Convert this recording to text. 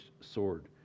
sword